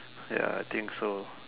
I think so